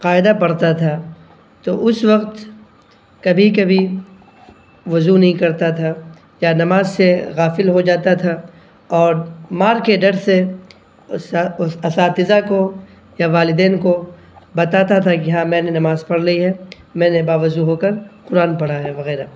قاعدہ پرھتا تھا تو اس وقت کبھی کبھی وضو نہیں کرتا تھا یا نماز سے غافل ہو جاتا تھا اور مار کے ڈر سے اسا اساتذہ کو یا والدین کو بتاتا تھا کہ ہاں میں نے نماز پڑھ لی ہے میں نے باوضو ہو کر قرآن پڑھا ہے وغیرہ